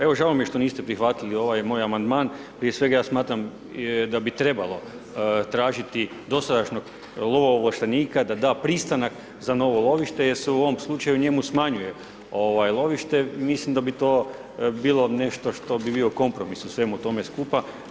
Evo žao mi je što niste prihvatili ovaj moj amandman, prije svega ja smatram da bi trebalo tražiti dosadašnjeg lovoovlaštenika da da pristanak za novo lovište jer se u ovom slučaju njemu smanjuje lovište, mislim da bi to bilo nešto što bi bio kompromis u svemu tome skupa.